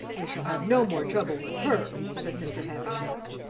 we shall have no more trouble with her, said mr. havisham.